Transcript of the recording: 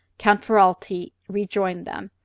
count ferralti rejoined them.